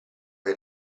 che